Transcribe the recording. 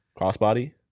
Crossbody